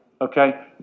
Okay